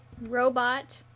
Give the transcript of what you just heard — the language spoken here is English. Robot